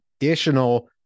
additional